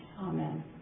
Amen